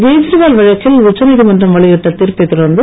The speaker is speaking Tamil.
கேஜரிவால் வழக்கில் உச்ச நீதிமன்றம் வெளியிட்ட தீர்ப்பைத் தொடர்ந்து